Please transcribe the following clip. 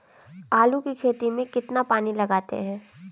आलू की खेती में कितना पानी लगाते हैं?